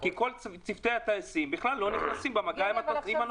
כי כל צוותי הטייסים בכלל לא נמצאים במגע עם הנוסעים.